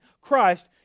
Christ